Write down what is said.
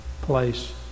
place